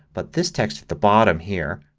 but this text at the bottom here,